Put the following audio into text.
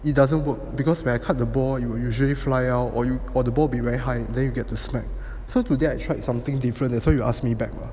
it doesn't work because when I cut the ball you usually fly out or you or the ball fly very high then you get to smack so today I tried something different I thought you ask me back lah